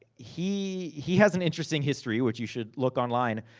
he he has an interesting history. which you should look online.